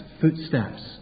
footsteps